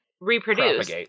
reproduce